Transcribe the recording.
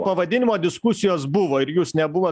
pavadinimo diskusijos buvo ir jūs nebuvot